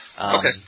Okay